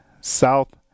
South